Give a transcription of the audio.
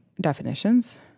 definitions